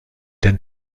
den